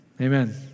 Amen